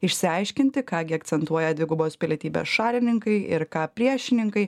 išsiaiškinti ką gi akcentuoja dvigubos pilietybės šalininkai ir ką priešininkai